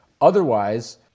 Otherwise